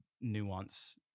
nuance